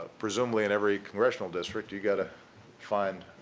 presumably in every congressional district you've got to find